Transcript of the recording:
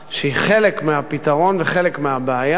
שהיא חלק מהפתרון וחלק מהבעיה,